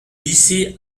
lycée